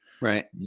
Right